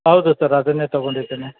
ಹೌದು ಸರ್ ಅದನ್ನೇ ತೊಗೊಂಡಿದೀನಿ